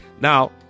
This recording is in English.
now